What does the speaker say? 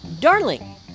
Darling